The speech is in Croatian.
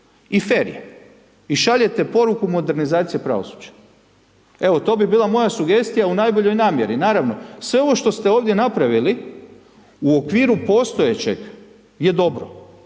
i fer je i šaljete poruku modernizacije pravosuđa. Evo, to bi bila moja sugestija u najboljoj namjeri. Naravno, sve ovo što ste ovdje napravili u okviru postojećeg je dobro